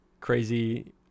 crazy